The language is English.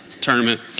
tournament